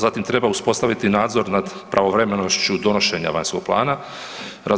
Zatim treba uspostaviti nadzor nad pravovremenošću donošenja vanjskog plana.